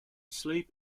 sleep